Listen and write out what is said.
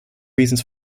reasons